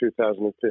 2015